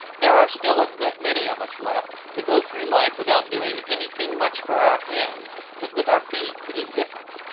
there are still a good many of us left who go through life without doing anything much for our hands but with our feet it is different.